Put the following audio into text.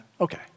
okay